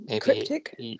Cryptic